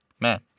man